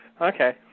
Okay